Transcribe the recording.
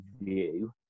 view